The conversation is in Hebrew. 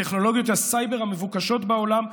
טכנולוגיות הסייבר המבוקשות בעולם,